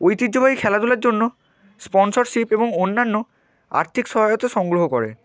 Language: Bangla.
ঐতিহ্যবাহী খেলাধুলার জন্য স্পন্সরশিপ এবং অন্যান্য আর্থিক সহায়তা সংগ্রহ করে